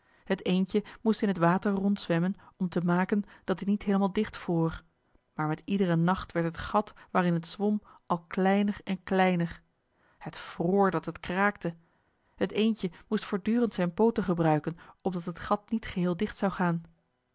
het eendje moest in het water rondzwemmen om te maken dat dit niet heelemaal dichtvroor maar met iederen nacht werd het gat waarin het zwom al kleiner en kleiner het vroor dat het kraakte het eendje moest voortdurend zijn pooten gebruiken opdat het gat niet geheel dicht zou gaan